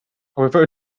however